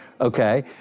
Okay